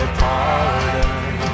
pardon